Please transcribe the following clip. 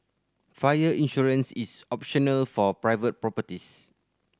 fire insurance is optional for private properties